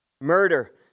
murder